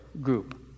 group